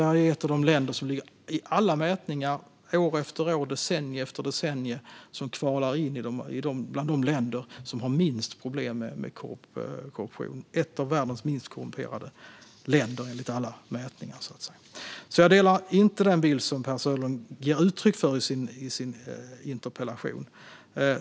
I alla mätningar, år efter år, decennium efter decennium, kvalar Sverige in bland de länder som har minst problem med korruption. Vi är ett av världens minst korrumperade länder enligt alla mätningar. Jag delar alltså inte den bild som Per Söderlund ger uttryck för i sin interpellation.